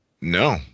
no